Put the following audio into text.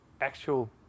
actual